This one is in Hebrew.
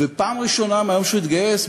ופעם ראשונה מהיום שהוא התגייס,